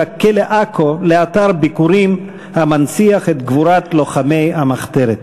כלא עכו לאתר ביקורים המנציח את גבורת לוחמי המחתרת.